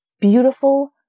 beautiful